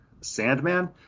Sandman